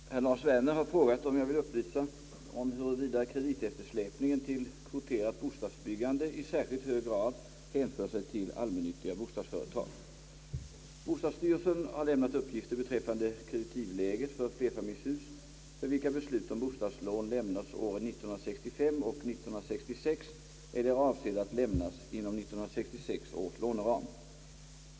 Herr talman! Herr Lars Werner har frågat om jag vill upplysa om huruvida krediteftersläpningen till kvoterat bostadsbyggande i särskilt hög grad hänför sig till allmännyttiga bostadsföretag. Bostadsstyrelsen har lämnat uppgifter beträffande kreditivläget för flerfamiljshus, för vilka beslut om bostadslån lämnats åren 1965 och 1966 eller är avsedda att lämnas inom 1966 års låneram.